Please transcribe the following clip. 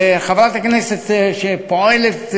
וחברת הכנסת שפועלת,